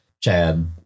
Chad